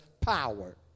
power